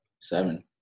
seven